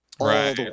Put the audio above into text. Right